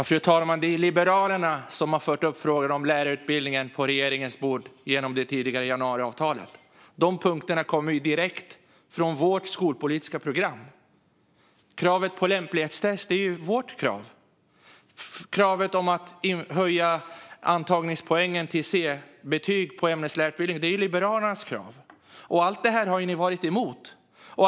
Fru talman! Det är Liberalerna som genom januariavtalet har fört upp frågan om lärarutbildningen på regeringens bord. Punkterna om det kommer direkt från vårt skolpolitiska program. Kravet på lämplighetstest är vårt krav. Kravet om att höja antagningspoängen till C-betyg på ämneslärarutbildningen är också vårt krav. Allt detta har Socialdemokraterna varit emot.